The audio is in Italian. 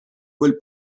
quel